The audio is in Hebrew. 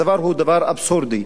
הדבר הוא דבר אבסורדי.